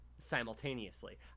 simultaneously